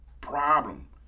problem